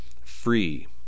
free